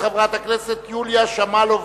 ואני מזמין את חברת הכנסת יוליה שמאלוב-ברקוביץ